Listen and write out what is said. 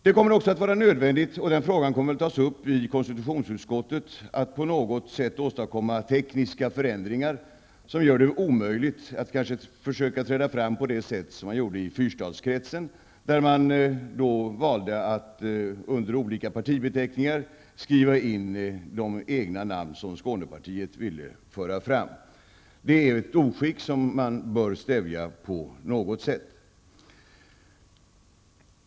Det kommer också att vara nödvändigt -- och den frågan kommer att tas upp i konstitutionsutskottet -- att på något sätt åstadkomma tekniska förändringar som gör det omöjligt att träda fram på det sätt som skedde i fyrstadskretsen. Där förde man under olika partibeteckningar fram de egna namn som skånepartiet ville föra fram. Det är ett oskick som man bör stävja på något sätt.